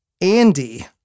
Andy